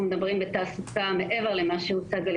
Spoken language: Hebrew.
אנחנו מדברים בתעסוקה מעבר למה שהוצג על